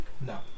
No